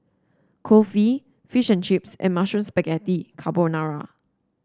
Kulfi Fish and Chips and Mushroom Spaghetti Carbonara